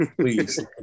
please